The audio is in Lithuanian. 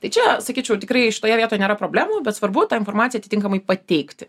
tai čia sakyčiau tikrai šitoje vietoje nėra problemų bet svarbu tą informaciją atitinkamai pateikti